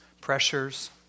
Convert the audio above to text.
Pressures